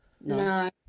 No